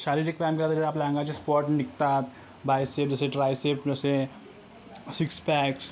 शारीरिक व्यायाम केलातरी आपल्या अंगाचे स्पॉट निघतात बायसेप जसे ट्रायसेप जसे सिक्स पॅच